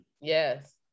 Yes